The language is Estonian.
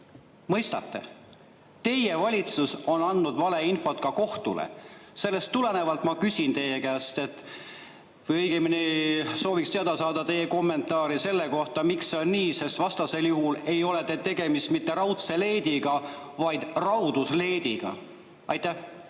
Mõistate? Teie valitsus on andnud valeinfot ka kohtule. Sellest tulenevalt ma küsin teie käest või õigemini sooviks teada saada teie kommentaari selle kohta, miks see on nii, sest vastasel juhul ei ole [teie puhul] tegemist mitte raudse leediga, vaid raudus leediga. Aitäh,